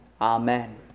Amen